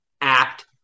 act